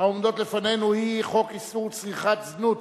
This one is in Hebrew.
העומדות לפנינו היא הצעת חוק איסור צריכת זנות